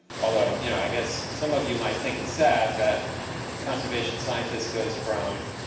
although yeah i guess some of you might think it's sad that conservation scientist goes from